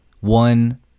one